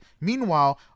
Meanwhile